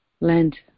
land